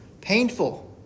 painful